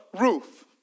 roof